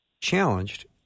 challenged